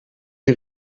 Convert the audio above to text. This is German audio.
die